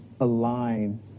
align